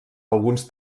alguns